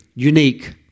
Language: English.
Unique